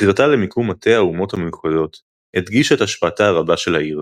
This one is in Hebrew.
בחירתה למיקום מטה האומות המאוחדות הדגישה את השפעתה הרבה של העיר,